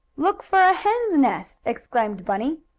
look for a hen's nest! exclaimed bunny.